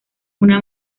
una